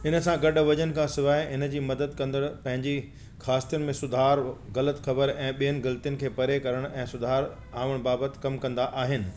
हिन सां गॾु वज़न खां सवाइ इन जी मदद कंदड़ पंहिंजी ख़ासियतुनि में सुधार ग़लति ख़बरु ऐं ॿियनि ग़लतियुनि खे परे करणु ऐं सुधारु आणण बाबति कमु कंदा आहिनि